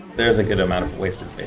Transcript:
there's a good amount of wasted